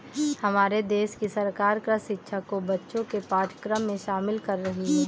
हमारे देश की सरकार कृषि शिक्षा को बच्चों के पाठ्यक्रम में शामिल कर रही है